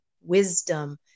wisdom